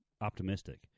optimistic